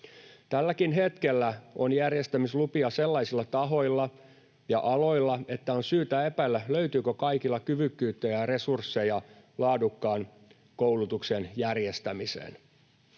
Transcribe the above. Tälläkin hetkellä on järjestämislupia sellaisilla tahoilla ja aloilla, että on syytä epäillä, löytyykö kaikilla kyvykkyyttä ja resursseja laadukkaan koulutuksen järjestämiseen.